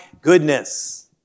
goodness